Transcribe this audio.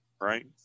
right